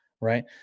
Right